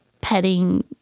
petting